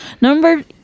Number